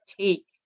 take